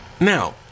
now